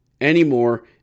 Anymore